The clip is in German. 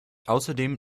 außerdem